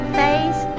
face